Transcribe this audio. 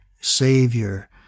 Savior